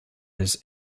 his